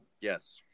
Yes